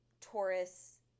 Taurus